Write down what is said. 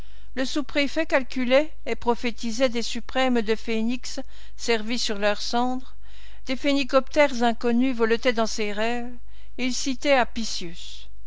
le sous-préfet calculait et prophétisait des suprêmes de phénix servis sur leurs cendres des phénicoptères inconnus voletaient dans ses rêves il citait